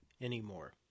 anymore